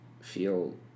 feel